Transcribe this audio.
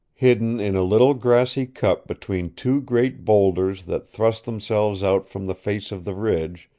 hidden in a little grassy cup between two great boulders that thrust themselves out from the face of the ridge,